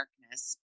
darkness